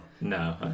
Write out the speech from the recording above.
No